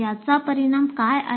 याचा परिणाम काय आहे